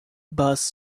bus